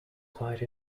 quite